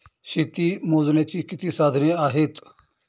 शेती मोजण्याची किती साधने आहेत?